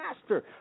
master